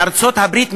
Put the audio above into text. בארצות-הברית,